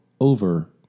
over